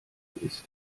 ist